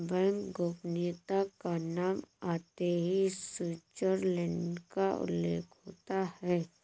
bank गोपनीयता का नाम आते ही स्विटजरलैण्ड का उल्लेख होता हैं